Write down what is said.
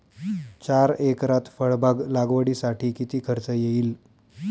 चार एकरात फळबाग लागवडीसाठी किती खर्च येईल?